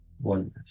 oneness